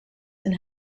and